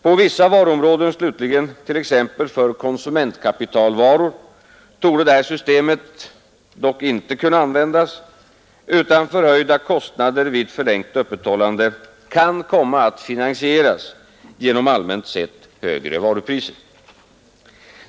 På vissa varuområden slutligen, t.ex. för konsumentkapitalvaror, torde detta system dock ej kunna användas, utan förhöjda kostnader vid förlängt öppethållande kan komma att finansieras genom allmänt sett högre varupriser.